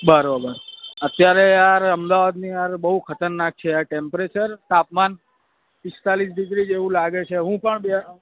બરોબર અત્યારે યાર અમદાવાદની યાર બહુ ખતરનાક છે ટેમ્પરેચર તાપમાન પિસ્તાલીસ ડીગ્રી જેવું લાગે છે હું પણ બે અ